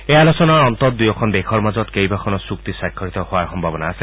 এই আলোচনাৰ অন্তত দুয়োখন দেশৰ মাজত কেইবাখনো চুক্তি স্বাক্ষৰিত হোৱাৰ সম্ভাৱনা আছে